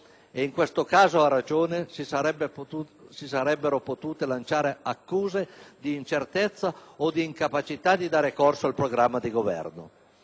e in questo caso a ragione, si sarebbero potute lanciare accuse di incertezza o di incapacità di dare corso al programma di Governo.